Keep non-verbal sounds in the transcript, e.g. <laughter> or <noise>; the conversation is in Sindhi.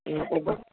<unintelligible>